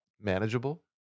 manageable